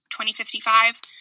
2055